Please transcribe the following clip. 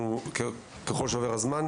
וככל שעובר הזמן,